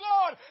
Lord